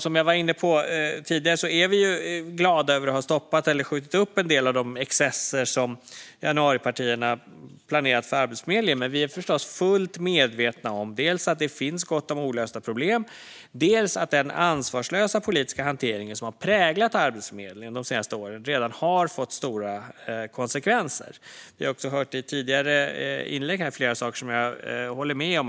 Som jag var inne på tidigare är vi glada över att ha stoppat eller skjutit upp en del av de excesser som januaripartierna planerat för Arbetsförmedlingen. Men vi är förstås fullt medvetna om dels att det finns gott som olösta problem, dels att den ansvarslösa politiska hanteringen som har präglat Arbetsförmedlingen de senaste åren redan har fått stora konsekvenser. Vi har också hört i tidigare inlägg här flera saker som jag håller med om.